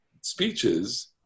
speeches